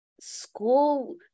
school